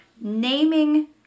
naming